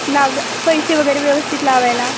लाव पैसे वगैरे व्यवस्थित लावायला